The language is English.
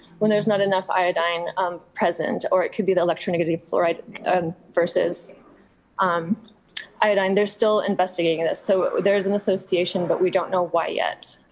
when there's not enough iodine um present, or it could be the electronegative fluoride versus um iodine. they're still investigating this. so there's an association, but we don't know why yet.